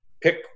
pick